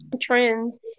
trends